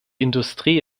industrie